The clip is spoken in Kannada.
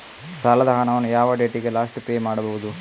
ಸಾಲದ ಹಣವನ್ನು ಯಾವ ಡೇಟಿಗೆ ಲಾಸ್ಟ್ ಪೇ ಮಾಡುವುದು?